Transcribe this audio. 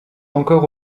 encore